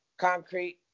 concrete